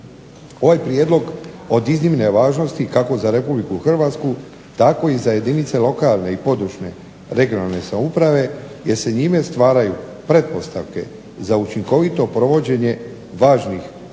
Ovaj prijedlog od iznimne je važnosti kako za RH tako i za jedinice lokalne i područne (regionalne) samouprave jer se njime stvaraju pretpostavke za učinkovito provođenje važnih